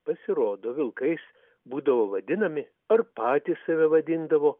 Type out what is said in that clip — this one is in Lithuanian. pasirodo vilkais būdavo vadinami ar patys save vadindavo